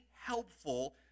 helpful